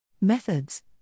methods